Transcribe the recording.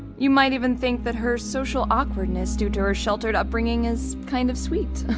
you might even think that her social awkwardness due to her sheltered upbringing is kind of sweet.